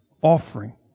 offering